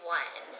one